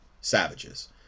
savages